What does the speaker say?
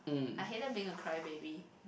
I hated being a cry baby